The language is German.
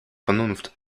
vernunft